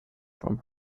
from